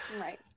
Right